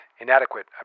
inadequate